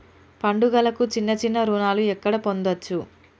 పండుగలకు చిన్న చిన్న రుణాలు ఎక్కడ పొందచ్చు?